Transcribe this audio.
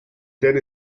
then